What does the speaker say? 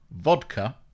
vodka